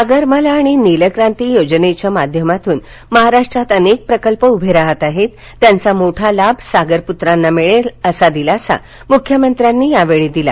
सागर माला आणि नीलक्रांती योजनेच्या माध्यमातून महाराष्ट्रात अनेक प्रकल्प उभे राहत आहेत त्यांचा मोठा लाभ सागरपुत्रांना मिळेल असा दिलासा मुख्यमंत्र्यांनी यावेळी दिला